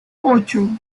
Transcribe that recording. ocho